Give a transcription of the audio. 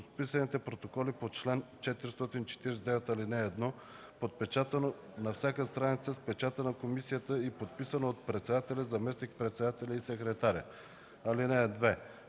подписаните протоколи по чл. 449, ал. 1, подпечатано на всяка страница с печата на комисията и подписано от председателя, заместник-председателя и секретаря. (2)